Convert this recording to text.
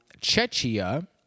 Chechia